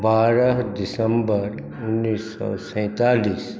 बारह दिसम्बर उनैस सओ सैँतालिस